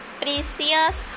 precious